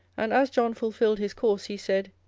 and as john fulfilled his course, he said,